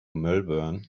melbourne